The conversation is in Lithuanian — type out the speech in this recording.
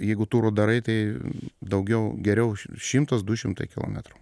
jeigu turą darai tai daugiau geriau už šimtas du šimtai kilometrų